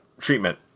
treatment